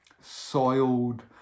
soiled